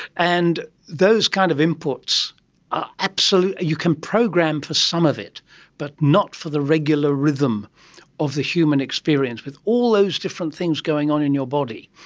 and those kind of inputs are absolutely, you can program for some of it but not for the regular rhythm of the human experience, with all those different things going on in your body,